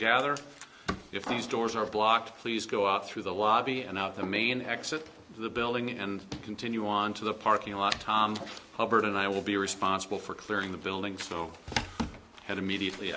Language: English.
gather if these doors are blocked please go out through the lobby and out the main exit the building and continue on to the parking lot hubbard and i will be responsible for clearing the building so head immediately